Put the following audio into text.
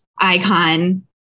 icon